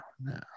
no